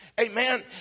Amen